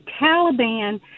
Taliban